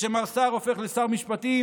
וכשמר סער הופך לשר משפטים,